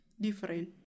different